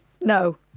No